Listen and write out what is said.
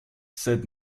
said